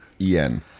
E-N